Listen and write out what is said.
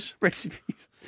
recipes